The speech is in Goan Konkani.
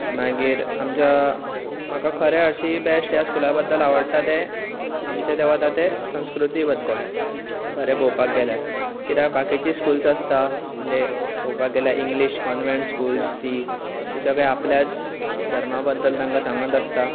मागीर आमच्या म्हाका खरे हरशी बेस्ट ह्या स्कुला बद्दल आवडटा ते आमचे जे वता ते संस्कृती बद्दल खरें पळोवपाक गेल्यार कित्याक बाकीची स्कुल्स आसता म्हणजे पळोवपाक गेल्यार इंग्लीश कॉन्वेहंट स्कूल्स ती ती सगळे ताकां आपल्याच धर्मा बद्दल तांका सांगत आसता